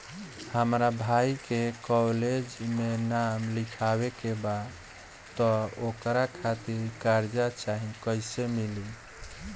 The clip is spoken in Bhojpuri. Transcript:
हमरा भाई के कॉलेज मे नाम लिखावे के बा त ओकरा खातिर कर्जा चाही कैसे मिली?